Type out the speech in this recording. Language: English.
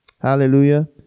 hallelujah